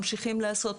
ממשיכים לעשות,